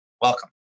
Welcome